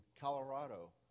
Colorado